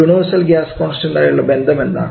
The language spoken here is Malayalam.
യൂണിവേഴ്സൽ ഗ്യാസ് കോൺസ്റ്റൻഡ് ആയുള്ള ബന്ധം എന്താണ്